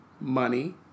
Money